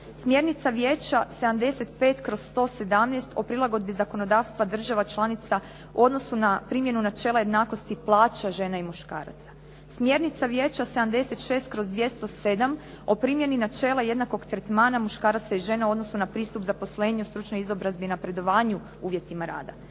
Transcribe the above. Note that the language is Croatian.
Smjernica Vijeća 75/117 o prilagodbi zakonodavstva država članica u odnosu na primjenu načela jednakosti plaća žena i muškaraca. Smjernica Vijeća 76/207 o primjeni načela jednakog tretmana muškaraca i žena u odnosu na pristup zaposlenju stručnoj izobrazbi i napredovanju u uvjetima rada.